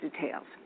details